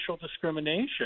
discrimination